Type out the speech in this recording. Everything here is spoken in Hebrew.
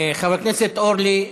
חברת הכנסת אורלי,